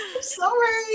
sorry